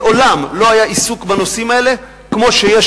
מעולם לא היה עיסוק בנושאים האלה כמו שיש